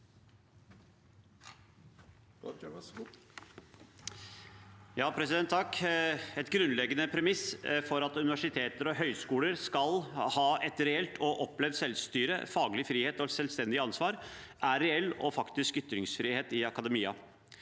Raja (V) Et grunnleggende premiss for at universiteter og høyskoler skal ha et reelt og opplevd selvstyre, faglig frihet og selvstendig ansvar, er reell og faktisk ytringsfrihet i akademia.